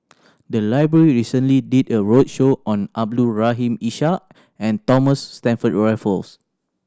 the library recently did a roadshow on Abdul Rahim Ishak and Thomas Stamford Raffles